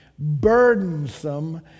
burdensome